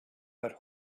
but